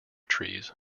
trees